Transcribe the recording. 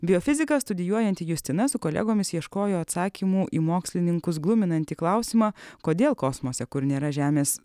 biofiziką studijuojanti justina su kolegomis ieškojo atsakymų į mokslininkus gluminantį klausimą kodėl kosmose kur nėra žemės